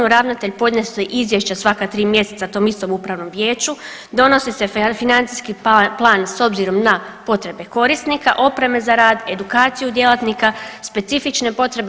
Ravnatelj podnosi izvješća svaka tri mjeseca tom istom upravnom vijeću, donosi se financijski plan s obzirom na potrebe korisnika opreme za rad, edukaciju djelatnika, specifične potrebe.